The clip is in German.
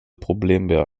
problembär